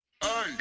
Hey